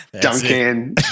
Duncan